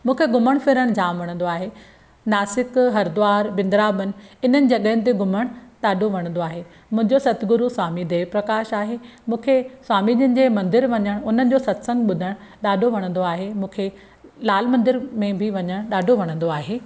मूंखे घुमणु फिरणु जाम वणंदो आहे नासिक हरिद्वार वृन्दावन इन्हनि जॻहियुनि ते घुमणु ॾाढो वणंदो आहे मुंहिंजो सतगुरू स्वामी देव प्रकाश आहे मूंखे स्वामीजन जे मंदरु वञणु उन्हनि जो सत्संगु ॿुधणु ॾाढो वणंदो आहे मूंखे लाल मंदर में वञण बि ॾाढो वणंदो आहे